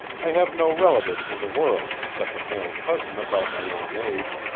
i have no relatives in the world except a male cousin about my own age,